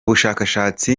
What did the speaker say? bushakashatsi